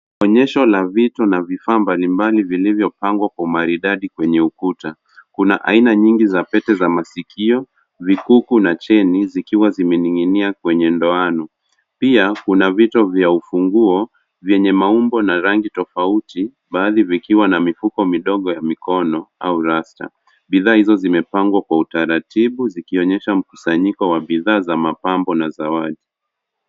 Onyesho la vito na vifaa mbalimbali vilivyopangwa kwa umaridadi kwenye ukuta. Kuna aina nyingi za pete za masikio, vikuku na cheni zikiwa zimening'inia kwenye ndoano. Pia kuna vito vya ufunguo vyenye maumbo na rangi tofauti baadhi vikiwa na mifuko midogo ya mikono au rasta . Bidhaa hizo zimepangwa kwa utaratibu zikionyesha mkusanyiko wa bidhaa za mapambo na zawadi.